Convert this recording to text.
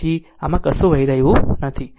તેથી આમાંથી કશું વહી રહ્યું નથી